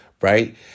right